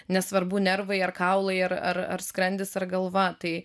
nesvarbu nervai ar kaulai ar ar skrandis ar galva tai